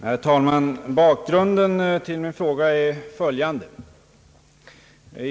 Herr talman! Bakgrunden till min fråga är följande.